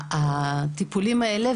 הטיפולים האלה,